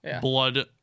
blood